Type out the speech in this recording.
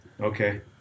okay